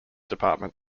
department